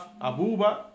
Abuba